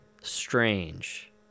strange